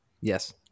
Yes